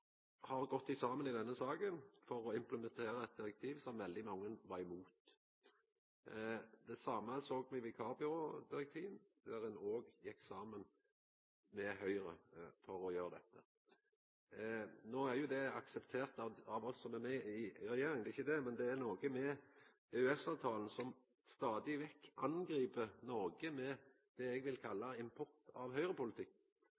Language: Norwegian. har gått saman i denne saka for å implementera eit direktiv som veldig mange var imot. Det same såg me med vikarbyrådirektivet, der ein òg gjekk saman med Høgre for å gjera dette. No er jo det akseptert av oss som er med i regjeringa – det er ikkje det, men det er noko med EØS-avtalen, som stadig vekk angrip Noreg med det eg vil